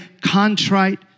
contrite